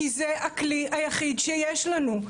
כי זה הכלי היחיד שיש לנו,